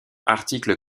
article